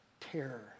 terror